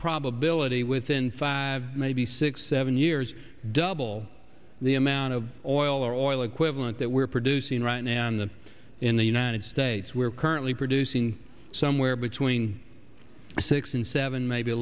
probability within five maybe six seven years double the amount of oil or oil equivalent that we're producing right now in the in the united states we're currently producing somewhere between six and seven maybe a